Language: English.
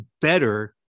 better